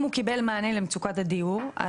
אם הוא קיבל מענה למצוקת הדיור?